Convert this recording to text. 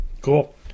Cool